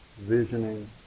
visioning